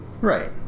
Right